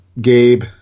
Gabe